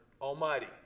Almighty